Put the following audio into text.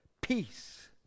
Peace